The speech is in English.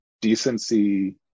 decency